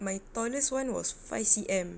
my tallest one was five C_M